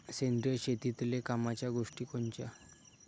सेंद्रिय शेतीतले कामाच्या गोष्टी कोनच्या?